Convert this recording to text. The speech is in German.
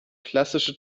klassische